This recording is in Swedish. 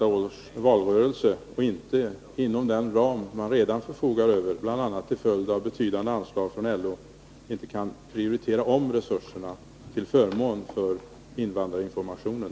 Kan hon inte tänka sig att socialdemokraterna inom den ram man redan förfogar över, bl.a. till följd av betydande anslag från LO, gör en omprioritering av resurserna till förmån för invandrarinformationen?